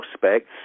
prospects